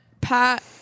Pat